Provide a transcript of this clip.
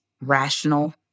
rational